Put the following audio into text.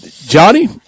Johnny